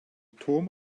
turm